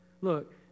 Look